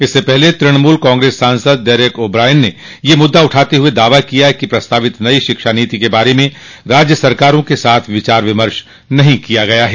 इससे पहले तृणमूल कांग्रेस सांसद डेरेक ओ ब्रायन ने यह मद्दा उठाते हुए दावा किया कि प्रस्तावित नई शिक्षा नीति के बारे में राज्य सरकारों के साथ विचार विमर्श नहीं किया गया है